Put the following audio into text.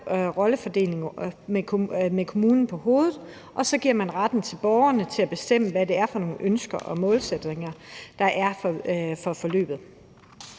i forhold til kommunen på hovedet, og så giver man borgerne ret til at bestemme, i forhold til hvad det er for nogle ønsker og målsætninger, de har for forløbet.